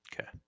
Okay